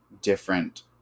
different